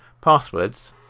passwords